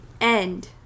End